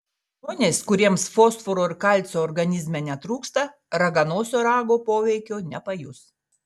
žmonės kuriems fosforo ir kalcio organizme netrūksta raganosio rago poveikio nepajus